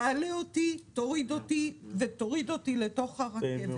תעלה אותי, תוריד אותי ותכניס אותי לתוך הרכבת